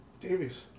Davies